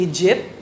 Egypt